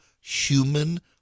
human